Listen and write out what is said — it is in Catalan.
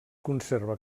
conserva